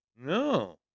no